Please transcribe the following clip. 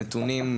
מבחינת נתונים,